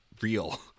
real